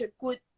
good